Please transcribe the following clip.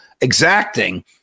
exacting